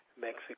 Mexico